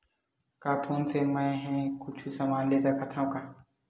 का फोन से मै हे कुछु समान ले सकत हाव का?